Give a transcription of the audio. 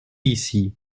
ici